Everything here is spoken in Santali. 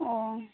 ᱚᱻ